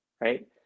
Right